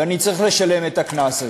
ואני צריך לשלם את הקנס הזה.